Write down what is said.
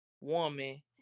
woman